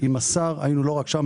רק שם,